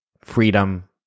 freedom